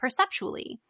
perceptually